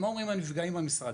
מה אומרים הנפגעים במשרד?